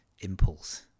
impulse